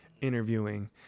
interviewing